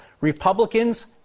Republicans